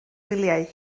wyliau